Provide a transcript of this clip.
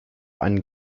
einen